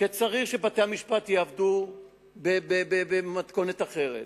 שבתי-המשפט יעבדו במתכונת אחרת,